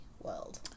world